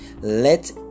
Let